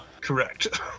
correct